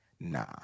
Nah